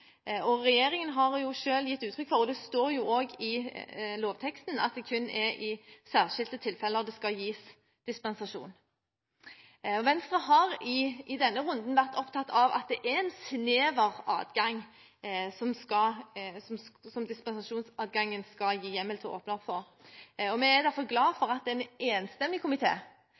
og regjeringen har jo selv gitt uttrykk for – og det står også i lovteksten – at det kun er i «særskilde tilfelle» det skal gis dispensasjon. Venstre har i denne runden vært opptatt av at det er en «snever adgang» som dispensasjonsadgangen skal gi hjemmel til å åpne opp for. Vi er derfor glad for at det er en enstemmig